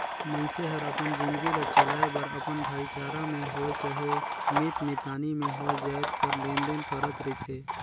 मइनसे हर अपन जिनगी ल चलाए बर अपन भाईचारा में होए चहे मीत मितानी में होए जाएत कर लेन देन करत रिथे